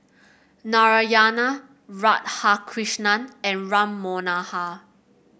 Narayana Radhakrishnan and Ram Manohar